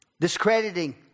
Discrediting